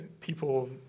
people